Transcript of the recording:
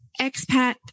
expat